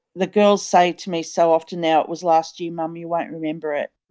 the girls say to me so often now, it was last year, mum, you won't remember it.